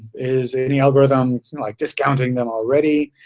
is any algorithm like discounting them already?